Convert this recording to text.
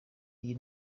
iyi